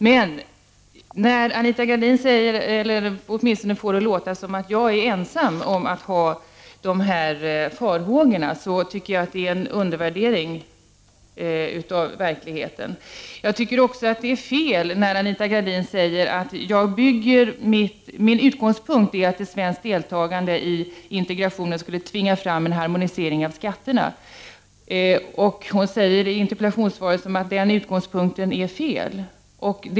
Men när Anita Gradin får det att låta som att jag är ensam om dessa farhågor, är det en undervärdering av verkligheten. Jag tycker också att det är fel när Anita Gradin säger att min utgångspunkt är att ett svenskt deltagande i integrationen skulle tvinga fram en harmonisering av skatterna. Hon säger i interpellationssvaret att den utgångspunkten är felaktig.